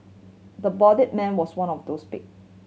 the bloodied man was one of those pick